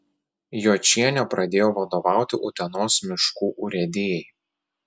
jočienė pradėjo vadovauti utenos miškų urėdijai